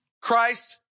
Christ